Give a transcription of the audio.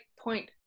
point